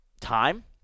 time